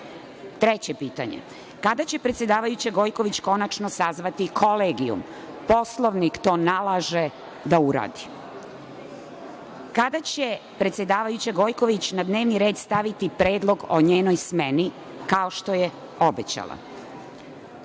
Treće pitanje – kada će predsedavajuća Gojković konačno sazvati kolegijum? Poslovnik to nalaže da uradi. Kada će predsedavajuća Gojković na dnevni red staviti predlog o njenoj smeni, kao što je obećala?